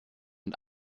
und